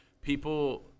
people